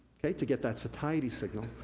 to get that satiety signal.